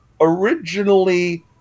originally